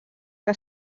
que